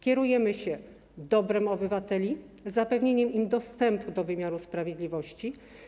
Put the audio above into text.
Kierujemy się dobrem obywateli, zapewnieniem im dostępu do wymiaru sprawiedliwości.